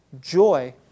joy